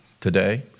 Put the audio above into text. today